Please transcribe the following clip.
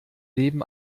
leben